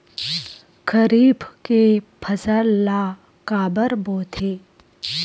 खरीफ के फसल ला काबर बोथे?